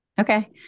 Okay